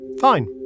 Fine